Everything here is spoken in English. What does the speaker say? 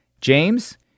James